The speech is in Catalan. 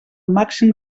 màxim